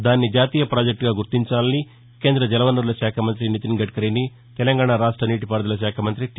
దానిని జాతీయ పాజెక్టుగా గుర్తించాలని కేంద జల వనరుల శాఖ మంతి నితిన్ గడ్కరీని తెలంగాణ రాష్ట నీటి పారుదల శాఖ మంగ్రి టి